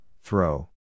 throw